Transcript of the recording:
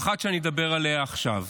ואחת שאני אדבר עליה עכשיו.